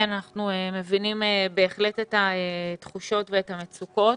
אנחנו בהחלט מבינים את התחושות ואת המצוקות.